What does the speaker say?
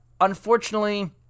unfortunately